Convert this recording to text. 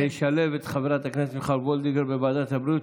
וישלב את מיכל וולדיגר בוועדת הבריאות.